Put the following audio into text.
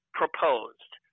proposed